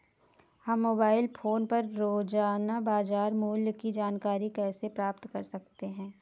हम mobile phone पर रोजाना बाजार मूल्य की जानकारी कैसे प्राप्त कर सकते हैं?